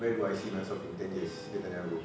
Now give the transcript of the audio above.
where do I see myself in ten years dia tanya aku